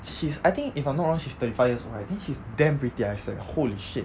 she's I think if I'm not wrong she's thirty five years old right then she's damn pretty I swear holy shit